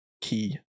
Key